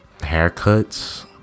haircuts